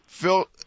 Phil